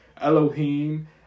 Elohim